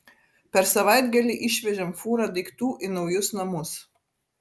per savaitgalį išvežėm fūrą daiktų į naujus namus